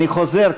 אני חוזר,